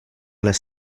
les